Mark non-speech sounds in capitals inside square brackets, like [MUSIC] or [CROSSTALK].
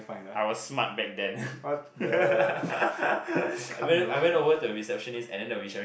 I was smart back then [LAUGHS] I went I went over to the receptionist and the receptionist